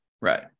Right